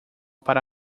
para